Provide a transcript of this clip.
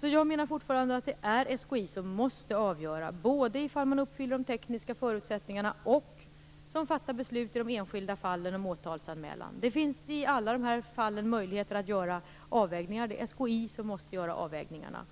Jag menar fortfarande att det är SKI som dels måste avgöra ifall man uppfyller de tekniska förutsättningarna, dels skall fatta beslut om åtalsanmälan i de enskilda fallen. Det finns möjligheter att göra avvägningar i alla de här fallen, och det är SKI som måste göra avvägningarna.